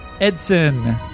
Edson